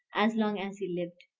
as long as he lived.